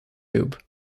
tube